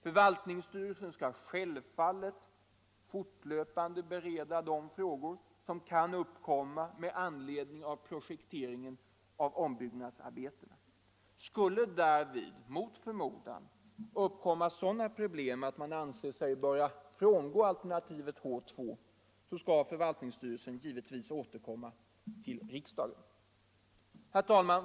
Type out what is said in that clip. Förvaltningsstyrelsen skall självfallet fortlöpande bereda de frågor som kan uppkomma med anledning av projekteringen av ombyggnadsarbetena. Skulle därvid mot förmodan uppstå sådana problem att man anser sig behöva frångå alternativet H 2, skall förvaltningsstyrelsen givetvis återkomma till riksdagen. Herr talman!